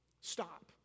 Stop